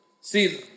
See